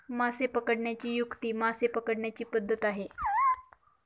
मासे पकडण्याची युक्ती मासे पकडण्याची पद्धत आहे